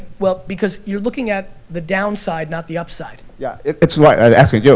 well, because you're looking at the downside, not the upside. yeah, it's what i'm asking you.